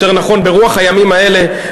ברוח הימים האלה,